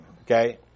Okay